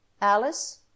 Alice